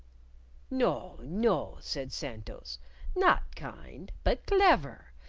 no, no, said santos not kind, but clever!